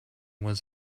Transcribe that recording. was